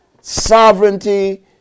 sovereignty